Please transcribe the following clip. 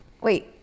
Wait